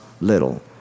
little